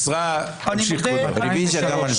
הצבעה ההסתייגות לא התקבלה.